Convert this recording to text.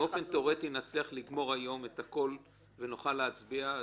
לגמור את הכול ונוכל להצביע,